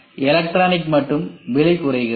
எலக்ட்ரானிக்கில் மட்டும் விலை குறைகிறது